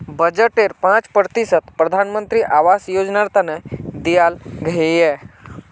बजटेर पांच प्रतिशत प्रधानमंत्री आवास योजनार तने दियाल गहिये